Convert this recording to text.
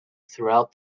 throughout